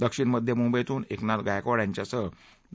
दक्षिण मध्य मुंबईतून एकनाथ गायकवाड यांच्यासह डॉ